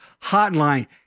hotline